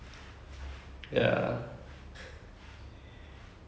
all the heroine is here have to like one song with her